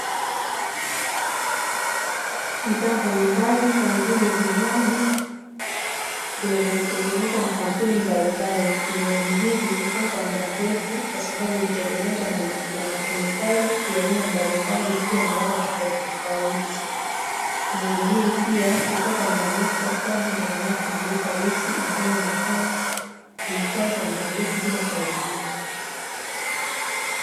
Bidhaa mbalimbali kama vile vinywaji vinavyo tengenezwa na kampuni mbalimbali, vinywaji hivi hukaa kwa mda mrefu kwa sababu hutengenezwa na makemikali ya aina mbalimbali, pia na ladha tofauti tofauti vinywaji hivi pia hukaa kwa muda mrefu kwa sababu ndani yake huwekwa gesi ambayo inafanya vikae kwa mda mrefu bila kuharibika.